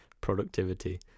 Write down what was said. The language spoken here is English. productivity